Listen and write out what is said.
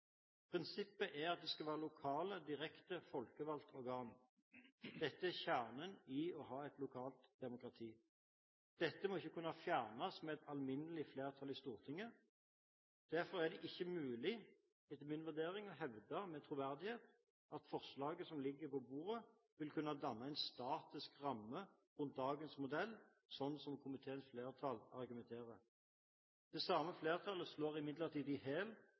Prinsippet er at det skal være lokale direkte folkevalgte organer. Dette er kjernen i et lokalt demokrati. Dette må ikke kunne fjernes med et alminnelig flertall i Stortinget. Derfor er det ikke mulig, etter min vurdering, å hevde med troverdighet at forslaget som ligger på bordet, vil kunne danne en statisk ramme rundt dagens modell, sånn som komiteens flertall argumenterer. Det samme flertallet slår imidlertid i